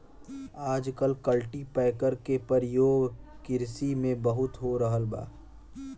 आजकल कल्टीपैकर के परियोग किरसी में बहुत हो रहल बा